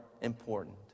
important